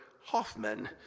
Hoffman